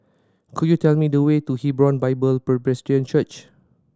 could you tell me the way to Hebron Bible Presbyterian Church